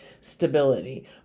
stability